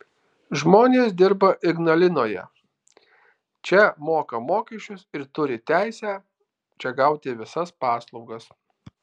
žmonės dirba ignalinoje čia moka mokesčius ir turi teisę čia gauti visas paslaugas